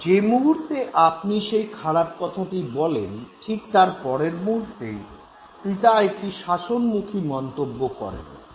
যে মুহূর্তে আপনি সেই খারাপ কথাটি বলেন ঠিক তারপরের মুহূর্তেই পিতা একটি শাসনমুখী মন্তব্য করেন